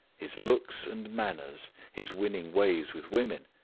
his looks and manners, his winning ways with women,